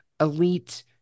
elite